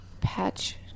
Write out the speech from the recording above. patch